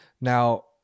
Now